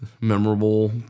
memorable